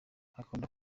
akunda